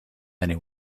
many